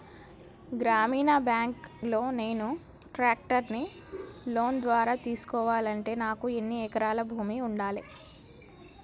గ్రామీణ బ్యాంక్ లో నేను ట్రాక్టర్ను లోన్ ద్వారా తీసుకోవాలంటే నాకు ఎన్ని ఎకరాల భూమి ఉండాలే?